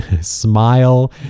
Smile